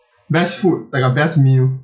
best food like your best meal